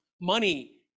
money